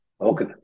Okay